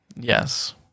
Yes